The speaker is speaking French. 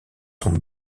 son